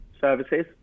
services